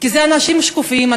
כי אלה אנשים שקופים,